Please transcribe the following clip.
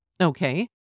Okay